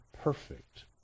perfect